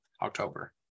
October